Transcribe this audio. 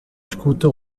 escuta